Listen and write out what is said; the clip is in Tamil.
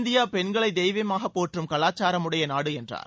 இந்தியா பெண்களை தெய்வமாகப் போற்றும் கலாச்சாரமுடைய நாடு என்றார்